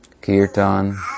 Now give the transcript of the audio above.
kirtan